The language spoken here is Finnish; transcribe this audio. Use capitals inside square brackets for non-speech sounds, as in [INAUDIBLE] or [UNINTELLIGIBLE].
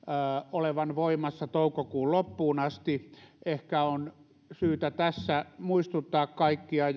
olevan voimassa toukokuun loppuun asti ehkä on syytä tässä muistuttaa kaikkia [UNINTELLIGIBLE]